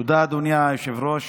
תודה, אדוני היושב-ראש.